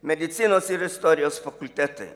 medicinos ir istorijos fakultetai